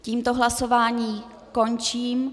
Tímto hlasování končím.